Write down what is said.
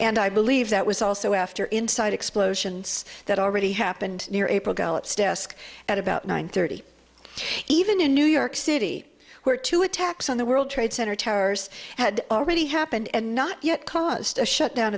and i believe that was also after inside explosions that already happened near april gallops desk at about nine thirty even in new york city where two attacks on the world trade center towers had already happened and not yet caused a shutdown